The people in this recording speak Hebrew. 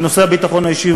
בנושא הביטחון האישי,